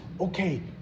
okay